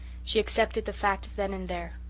she accepted the fact then and there.